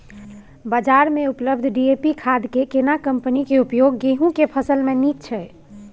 बाजार में उपलब्ध डी.ए.पी खाद के केना कम्पनी के उपयोग गेहूं के फसल में नीक छैय?